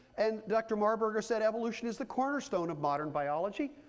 and dr. marburger said, evolution is the cornerstone of modern biology.